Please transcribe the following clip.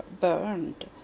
burned